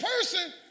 person